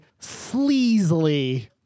sleazily